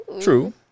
True